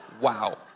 Wow